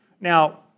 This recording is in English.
Now